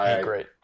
Great